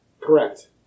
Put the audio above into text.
Correct